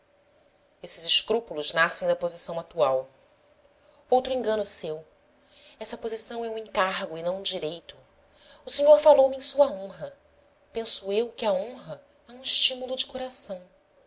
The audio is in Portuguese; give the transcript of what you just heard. esses escrúpulos nascem da posição atual outro engano seu essa posição é um encargo e não um direito o senhor falou-me em sua honra penso eu que a honra é um estímulo de coração